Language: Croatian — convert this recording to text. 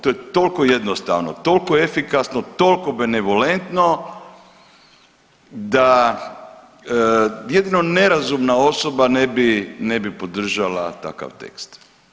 To je tolko jednostavno, tolko efikasno, tolko benevolentno da jedino nerazumna osoba ne bi, ne bi podržala takav tekst.